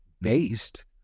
based